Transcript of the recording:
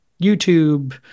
youtube